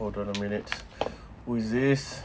hold on a minute who is this